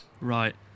Right